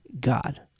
God